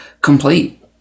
complete